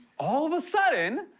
all of a sudden,